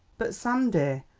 but, sam dear,